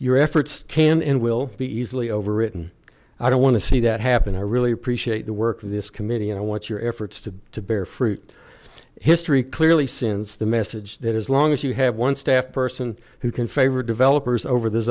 your efforts can and will be easily overwritten i don't want to see that happen i really appreciate the work of this committee and i want your efforts to to bear fruit history clearly since the message that as long as you have one staff person who can favor developers over th